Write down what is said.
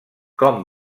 com